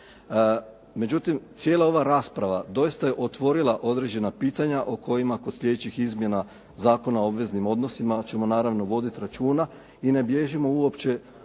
Međutim, cijela ova rasprava doista je otvorila određena pitanja o kojima kod sljedećih izmjena Zakona o obveznim odnosima ćemo naravno voditi računa i ne bježimo uopće